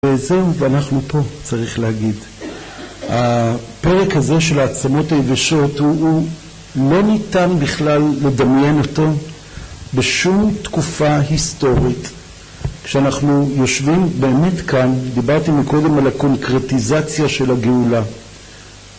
וזהו ואנחנו פה צריך להגיד, הפרק הזה של העצמות היבשות, הוא לא ניתן בכלל לדמיין אותו בשום תקופה היסטורית כשאנחנו יושבים באמת כאן, דיברתי מקודם על הקונקרטיזציה של הגאולה